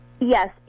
Yes